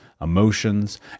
emotions